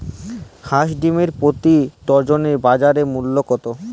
হাঁস ডিমের প্রতি ডজনে বাজার মূল্য কত?